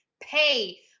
pay